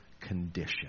condition